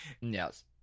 Yes